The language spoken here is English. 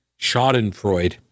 schadenfreude